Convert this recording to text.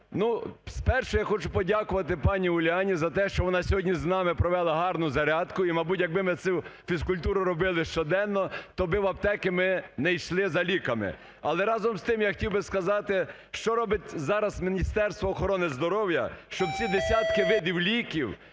Ну, спершу, я хочу подякувати пані Уляні за те, що вона сьогодні з нами провела гарну зарядку і, мабуть, якби цю фізкультуру робили щоденно, то би в аптеки ми не йшли за ліками. Але, разом з тим, я хотів би сказати, що робить зараз Міністерство охорони здоров'я, щоб ці десятки видів ліків,